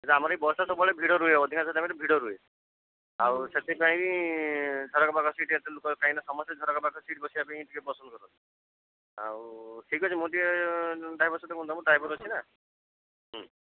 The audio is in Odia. ଏଇଟା ଆମର ଏଇ ବସ୍ଟା ସବୁବେଳେ ଭିଡ଼ ରୁହେ ଅଧିକାଂଶ ଟାଇମ୍ରେ ଭିଡ଼ ରୁହେ ଆଉ ସେଥିପାଇଁ ଝରକା ପାଖ ସିଟ୍ ଏତେ ଲୋକ କାଇଁନା ସମସ୍ତେ ଝରକା ପାଖ ସିଟ୍ ବସିବା ପାଇଁ ଟିକେ ପସନ୍ଦ କରନ୍ତି ଆଉ ଠିକ୍ ଅଛି ମୁଁ ଟିକେ ଡ୍ରାଇଭର୍ ସହିତ ମୁଁ ଡ୍ରାଇଭର୍ ଅଛି ନା ହୁଁ